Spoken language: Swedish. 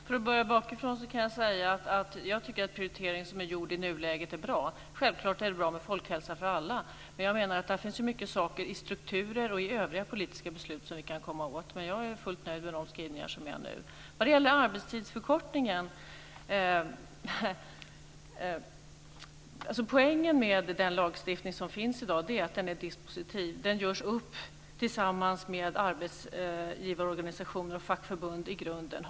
Fru talman! Jag börjar bakifrån. Jag tycker att den prioritering som är gjord i nuläget är bra. Självklart är det bra med folkhälsa för alla. Men jag menar att det finns mycket i strukturer och övriga politiska beslut som vi kan komma åt. Jag är fullt nöjd med de skrivningar som finns nu. Sedan var det frågan om arbetstidsförkortningen. Poängen med den lagstiftning som finns i dag är att den är dispositiv. Den görs upp tillsammans med arbetsgivarorganisationer och fackförbund i grunden.